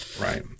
Right